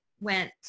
went